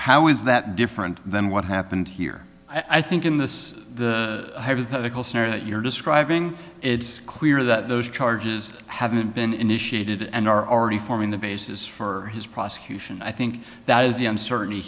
how is that different than what happened here i think in this hypothetical scenario that you're describing it's clear that those charges haven't been initiated and are already forming the basis for his prosecution i think that is the uncertainty